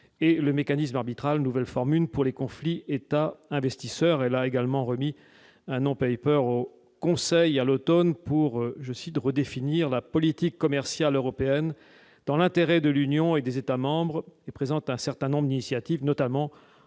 le mécanisme arbitral nouvelle forme une pour les conflits États investisseurs, elle a également remis un an Pepper au Conseil, à l'Automne pour, je cite, de redéfinir la politique commerciale européenne dans l'intérêt de l'Union et des États membres et présente un certain nombre d'initiatives, notamment en